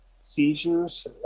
seizures